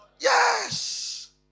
Yes